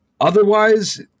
otherwise